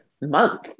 month